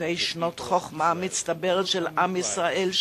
אלפי שנות חוכמה מצטברת של עם ישראל,